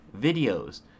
videos